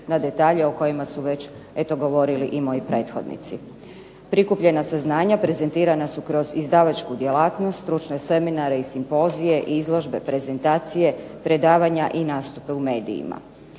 na detalje o kojima su već eto govorili i moji prethodnici. Prikupljena saznanja prezentirana su kroz izdavaču djelatnost, stručne seminare i simpozije i izložbe prezentacije, predavanja i nastupe u medijima.